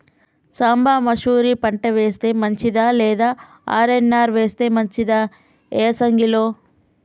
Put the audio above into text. సాంబ మషూరి పంట వేస్తే మంచిదా లేదా ఆర్.ఎన్.ఆర్ వేస్తే మంచిదా యాసంగి లో?